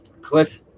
cliff